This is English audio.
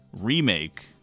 remake